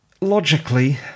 logically